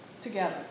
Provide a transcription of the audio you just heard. together